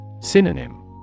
Synonym